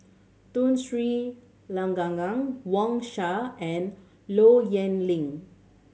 Tun Sri Lanang Wang Sha and Low Yen Ling